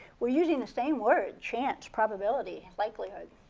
we're using the same word chance, probability, likelihood.